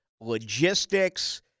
logistics